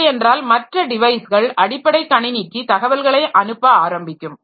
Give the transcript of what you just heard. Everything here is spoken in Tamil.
இல்லையென்றால் மற்ற டிவைஸ்கள் அடிப்படை கணினிக்கு தகவல்களை அனுப்ப ஆரம்பிக்கும்